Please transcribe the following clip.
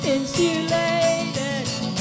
Insulated